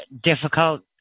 difficult